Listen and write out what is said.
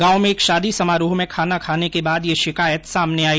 गांव में एक शादी समारोह में खाना खाने के बाद यह शिकायत सामने आई